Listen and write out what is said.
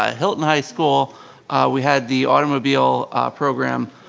ah hylton high school we had the automobile program.